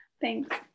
Thanks